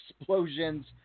explosions